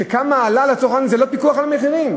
כמה זה עלה, זה לא פיקוח על מחירים.